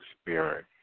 spirit